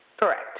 Correct